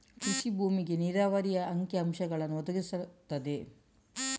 ಕೃಷಿ ಭೂಮಿಗೆ ನೀರಾವರಿಯ ಅಂಕಿ ಅಂಶಗಳನ್ನು ಒದಗಿಸುತ್ತದೆ